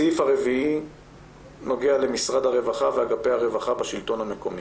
הסעיף הרביעי נוגע למשרד הרווחה ואגפי הרווחה בשלטון המקומי,